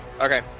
Okay